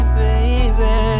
baby